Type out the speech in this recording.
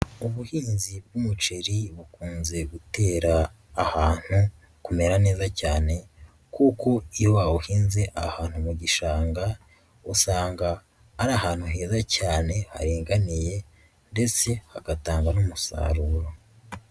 Ubuhinzi bw'umuceri bukunze gutera ahantu kumera neza cyane kuko iyo wawuhinze ahantu mu gishanga, usanga ari ahantu heza cyane haringaniye ndetse hagatanga n'umusaruro.